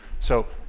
so,